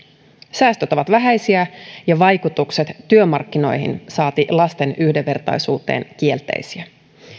säästöt ovat vähäisiä ja vaikutukset työmarkkinoihin saati lasten yhdenvertaisuuteen ovat kielteisiä